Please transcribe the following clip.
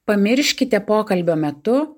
pamirškite pokalbio metu